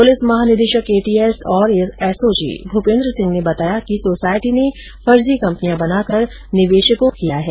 police महानिदेशक ATS और SOG Bhupendra Singh ने बताया कि सोसायटी ने फर्जी कंपनियां बनाकर निवेशकों के धन का द्रूपयोग किया है